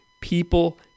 people